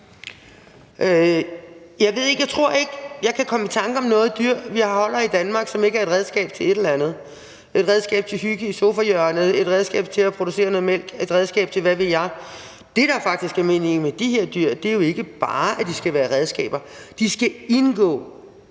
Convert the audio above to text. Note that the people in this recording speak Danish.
Jeg tror ikke, jeg kan komme i tanke om noget dyr, vi holder i Danmark, som ikke er et redskab til et eller andet – et redskab til hygge i sofahjørnet, et redskab til at producere noget mælk, et redskab til hvad ved jeg. Det, der faktisk er meningen med de her dyr, er, at de jo ikke bare skal være redskaber. De skal indgå